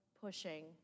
pushing